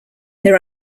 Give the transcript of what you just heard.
there